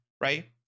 Right